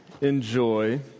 enjoy